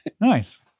Nice